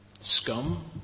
Scum